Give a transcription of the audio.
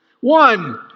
one